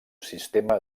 sistema